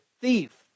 thief